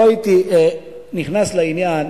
לא הייתי נכנס לעניין